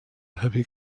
heavy